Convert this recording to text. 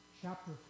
Chapter